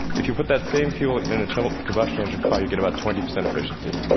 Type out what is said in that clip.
if you put that same fuel in an internal combustion engine car, you get about twenty percent efficiency.